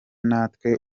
natwe